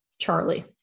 Charlie